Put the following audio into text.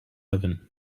oven